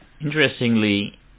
Interestingly